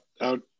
out